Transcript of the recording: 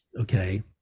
okay